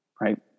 right